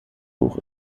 hoch